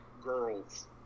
girls